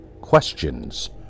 questions